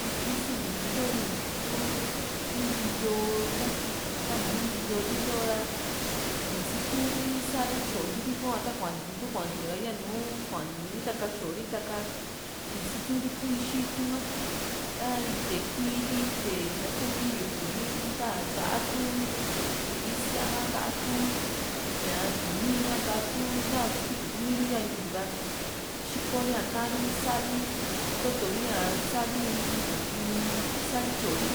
kiti sini into ñuu ntiu kuutii nti´yoo ta´nuu nti´yoo li ntoora ña sitiuri sa´ri tyoliri hua ta kuantiu yuku kuantiu yanu kuantiu núú itaka tyori i´tka ñasitiuri ku ixi itu´ka a ite kuíí li ite ntakuu mi yuku li nta nta´a tuu tuvisia ka nta´a tu tuni´i ka ntaá tu nta tiikú kuu miru yaa ñuu ntiu ra tyikoria taa´ri ntotori´a sa´ri in ña umm sari tyori